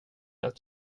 att